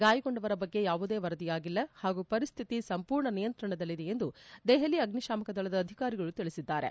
ಗಾಯಗೊಂಡವರ ಬಗ್ಗೆ ಯಾವುದೇ ವರದಿಯಾಗಿಲ್ಲ ಹಾಗೂ ಪರಿಸ್ಥಿತಿ ಸಂಪೂರ್ಣ ನಿಯಂತ್ರಣದಲ್ಲಿದೆ ಎಂದು ದೆಹಲಿ ಅಗ್ನಿಶಾಮಕ ದಳದ ಅಧಿಕಾರಿಗಳು ತಿಳಿಸಿದ್ದಾರೆ